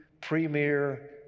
premier